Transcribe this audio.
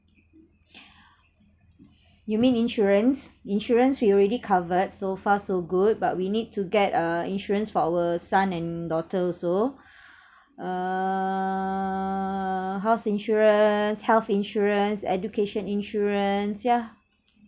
you mean insurance insurance we already covered so far so good but we need to get err insurance for our son and daughter also err house insurance health insurance education insurance yeah